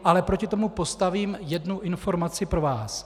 Ale proti tomu postavím jednu informaci pro vás.